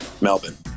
Melbourne